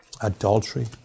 adultery